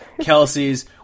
Kelsey's